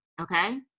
okay